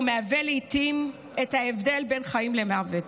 והוא לעיתים ההבדל בין חיים למוות.